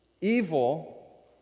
evil